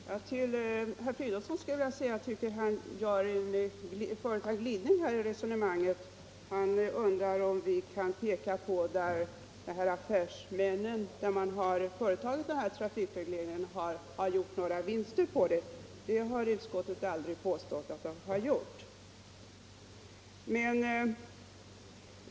Herr talman! Till herr Fridolfsson skulle jag vilja säga att jag tycker att han gör en glidning i sitt resonemang. Han undrar om vi kan peka på några fall där man företagit trafikreglering och affärsmännen gjort några vinster. Det har utskottet aldrig påstått att de gjort.